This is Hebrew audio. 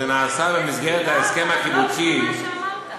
וזה נעשה במסגרת ההסכם הקיבוצי, של מה שאמרת.